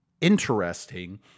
interesting